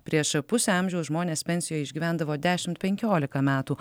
prieš pusę amžiaus žmonės pensijoj išgyvendavo dešimt penkiolika metų